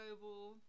global